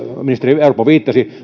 ministeri orpo viittasi